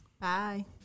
Bye